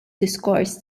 diskors